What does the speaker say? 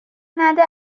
نده